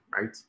right